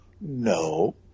No